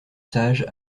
sage